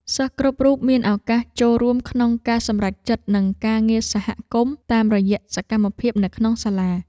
សិស្សគ្រប់រូបមានឱកាសចូលរួមក្នុងការសម្រេចចិត្តនិងការងារសហគមន៍តាមរយៈសកម្មភាពនៅក្នុងសាលា។